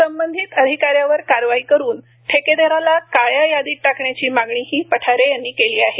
संबंधित अधिकाऱ्यावर कारवाई करून ठेकेदाराला काळ्या यादीत टाकण्याची मागणीही पठारे यांनी केली आहे